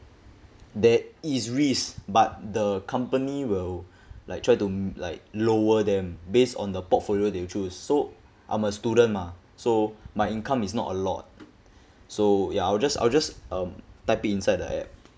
there is risk but the company will like try to like lower them based on the portfolio they choose so I'm a student mah so my income is not a lot so ya I'll just I'll just um type it inside the app